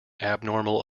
abnormal